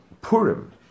Purim